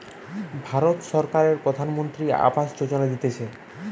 ভারত সরকারের প্রধানমন্ত্রী আবাস যোজনা দিতেছে